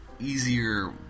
easier